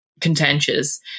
contentious